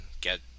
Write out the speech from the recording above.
get